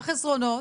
החסרונות